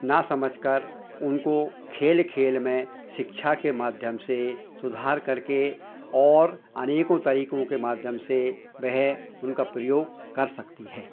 ना समझकर उनको खेल खेल में शिक्षा के माध्यम से सुधार करके और अनेकों तरीक़ों के माध्यम से वह उनका प्रयोग कर सकती है